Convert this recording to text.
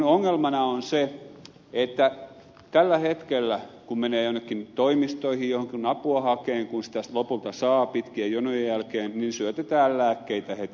ongelmana on se että tällä hetkellä kun menee jonnekin toimistoihin apua hakemaan niin kun sitä sitten lopulta saa pitkien jonojen jälkeen syötetään lääkkeitä heti